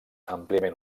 àmpliament